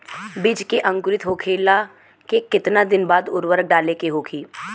बिज के अंकुरित होखेला के कितना दिन बाद उर्वरक डाले के होखि?